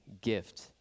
gift